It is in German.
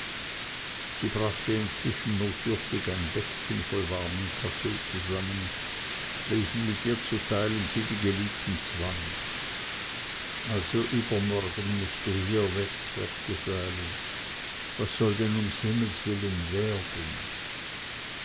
sie brachte inzwischen notdürftig ein becken voll warmen kaffee zusammen welchen mit ihr zu teilen sie den geliebten zwang also übermorgen mußt du hier weg sagte sali was soll denn ums himmels willen werden